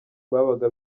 babaga